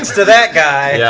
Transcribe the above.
to that guy!